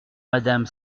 madame